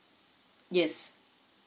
yes